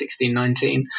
1619